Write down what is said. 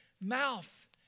mouth